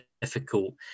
difficult